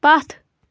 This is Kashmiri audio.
پَتھ